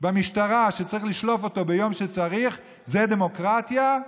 במשטרה שצריך לשלוף אותו ביום שצריך, זו דמוקרטיה?